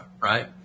right